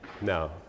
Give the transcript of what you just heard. No